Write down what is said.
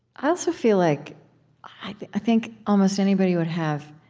also feel like i think almost anybody would have